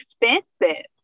expensive